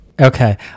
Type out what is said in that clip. okay